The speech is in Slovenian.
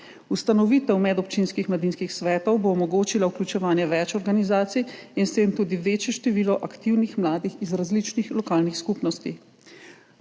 Ustanovitev medobčinskih mladinskih svetov bo omogočila vključevanje več organizacij in s tem tudi večje število aktivnih mladih iz različnih lokalnih skupnosti.